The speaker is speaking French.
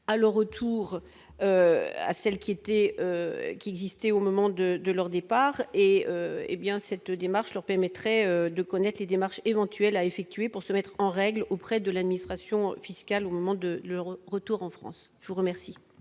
alors retour à celle qui était qui existait au moment de de leur départ et hé bien cette démarche leur permettrait de connaître les démarches éventuelles à effectuer pour se mettre en règle auprès de l'administration fiscale au moment de l'Europe, retour en France, je vous remercie.